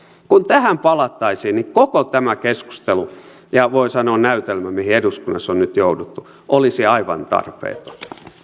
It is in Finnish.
kun tähän palattaisiin koko tämä keskustelu ja voi sanoa näytelmä mihin eduskunnassa on nyt jouduttu olisi aivan tarpeeton